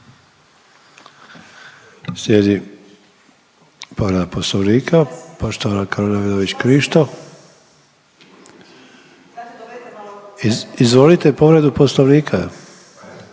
Slijedi povreda Poslovnika, poštovana Karolina Vidović Krišto. Izvolite povredu Poslovnika.